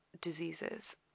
diseases